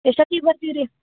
ಎಷ್ಟೋತ್ತಿಗೆ ಬರ್ತೀರಿ